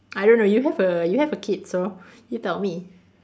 I don't know you have a you have a kid so you tell me